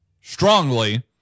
strongly